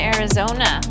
Arizona